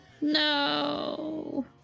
No